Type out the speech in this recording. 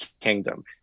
Kingdom